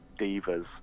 divas